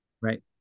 Right